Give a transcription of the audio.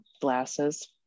glasses